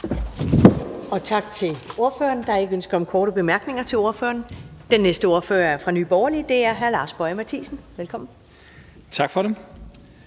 Tak til ordføreren. Der er ikke nogen ønsker om korte bemærkninger til ordføreren. Den næste ordfører er fra Nye Borgerlige. Det er hr. Lars Boje Mathiesen. Velkommen. Kl.